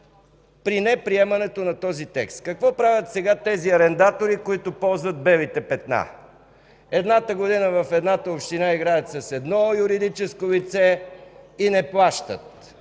при неприемането на този текст. Какво правят сега тези арендатори, които ползват белите петна? Едната година, в едната община играят с едно юридическо лице и не плащат,